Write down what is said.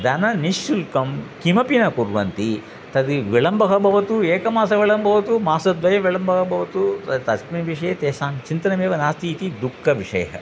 धनं निःशुल्कं किमपि न कुर्वन्ति तद् विलम्बं भवतु एकमासविलम्बं भवतु मासद्वयं विलम्बं भवतु त तस्मिन् विषये तेषां चिन्तनमेव नास्ति इति दुःखविषयः